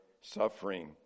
suffering